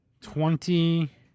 Twenty